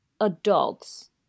adults